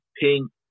pink